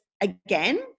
again